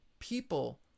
people